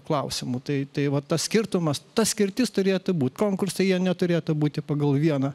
klausimu tai tai va tas skirtumas ta skirtis turėtų būti konkursai jie neturėtų būti pagal vieną